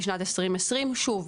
בשנת 2020. שוב,